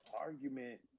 argument